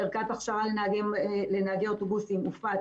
ערכת הכשרה לנהגי אוטובוסים, הופץ.